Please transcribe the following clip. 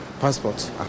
passport